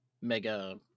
mega